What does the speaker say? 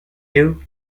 you